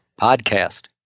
Podcast